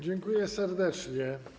Dziękuję serdecznie.